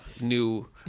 new